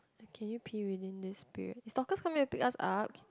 can you pee within this period is Dorcas coming to pick us up